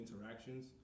interactions